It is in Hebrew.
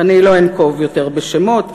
ולא אנקוב יותר בשמות,